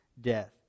death